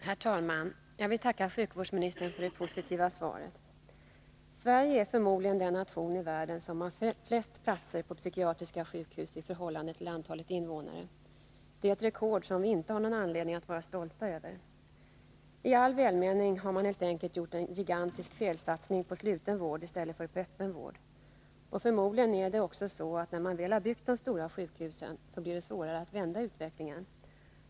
Herr talman! Jag vill tacka sjukvårdsministern för det positiva svaret. Sverige är förmodligen den nation i världen som har flest platser på psykiatriska sjukhus i förhållande till antalet invånare. Det är ett rekord som vi inte har någon anledning att vara stolta över. Tall välmening har man helt enkelt gjort en gigantisk felsatsning på sluten vård i stället för på öppen vård. Och förmodligen är det också så, att när man väl har byggt de stora sjukhusen, blir det svårare att vända utvecklingen.